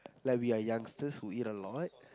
like we are youngsters who eat a lot